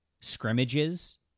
scrimmages